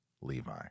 Levi